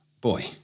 Boy